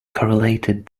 correlated